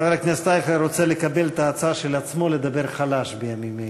חבר הכנסת אייכלר רוצה לקבל את ההצעה של עצמו לדבר חלש בימים אלה.